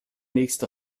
nächste